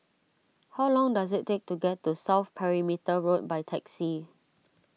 how long does it take to get to South Perimeter Road by taxi